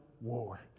war